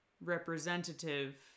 representative